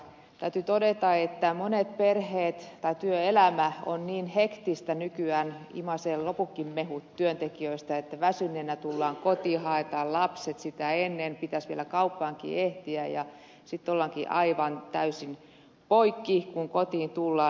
täytyy todeta että työelämä on niin hektistä nykyään imaisee loputkin mehut työntekijöistä että väsyneenä tullaan kotiin haetaan lapset sitä ennen pitäisi vielä kauppaankin ehtiä ja sitten ollaankin aivan poikki kun kotiin tullaan